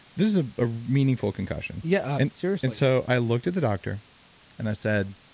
this is a meaningful concussion yeah. and seriously and so i looked at the doctor and i said,